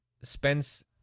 Spence